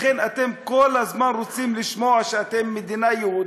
לכן אתם כל הזמן רוצים לשמוע שאתם מדינה יהודית?